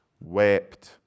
wept